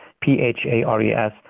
p-h-a-r-e-s